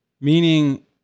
Meaning